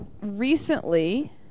recently